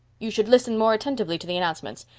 you should listen more attentively to the announcements.